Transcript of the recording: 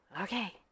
Okay